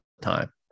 time